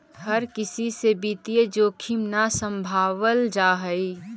हर किसी से वित्तीय जोखिम न सम्भावल जा हई